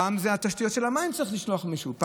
פעם לתשתיות המים צריך לשלוח מישהו,